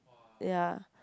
ya